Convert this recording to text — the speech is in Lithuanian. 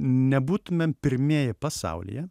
nebūtumėm pirmieji pasaulyje